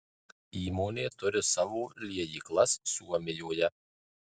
įmonė turi savo liejyklas suomijoje